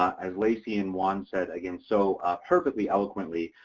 as lacy and juan said again so perfectly eloquently,